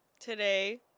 Today